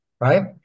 right